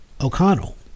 O'Connell